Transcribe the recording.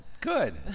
good